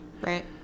Right